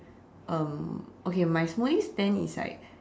um okay my smoothie stand is like